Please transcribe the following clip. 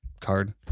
card